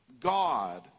God